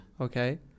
okay